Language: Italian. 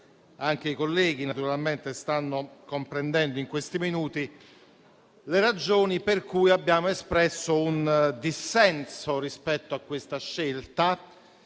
anche i colleghi stanno comprendendo in questi minuti, le ragioni per cui abbiamo espresso un dissenso rispetto alla scelta